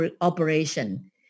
Operation